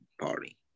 party